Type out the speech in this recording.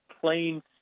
plain